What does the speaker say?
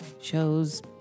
shows